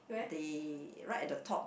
the right at the top